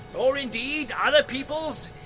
or indeed other people's.